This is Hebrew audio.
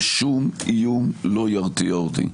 ושום איום לא ירתיע אותי.